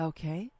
Okay